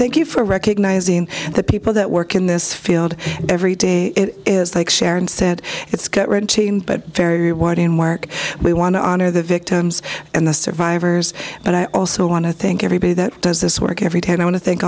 thank you for recognizing the people that work in this field every day it is they sharon said it's gut wrenching but very rewarding work we want to honor the victims and the survivors but i also want to thank everybody that does this work every